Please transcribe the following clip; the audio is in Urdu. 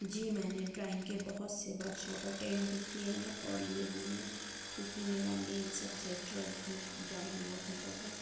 جی میں نے ڈرائنگ کے بہت سے ورک شاپ اٹینڈ بھی کئے ہیں اور لئے بھی ہیں کیونکہ میرا مین سبجیکٹ ٹویلتھ میں ڈرائنگ ہُوا کرتا تھا